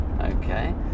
Okay